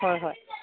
ꯍꯣꯏ ꯍꯣꯏ